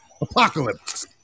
apocalypse